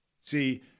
See